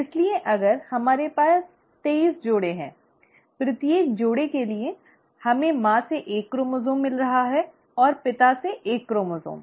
इसलिए अगर हमारे पास तेईस जोड़े हैं प्रत्येक जोड़े के लिए हमें माँ से एक क्रोमोसोम् मिल रहा है और पिता से एक क्रोमोसोम्